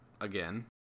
again